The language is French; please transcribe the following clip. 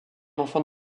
enfant